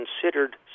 considered